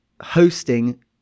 hosting